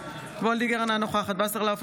אינה נוכחת יצחק שמעון וסרלאוף,